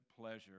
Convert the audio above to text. pleasure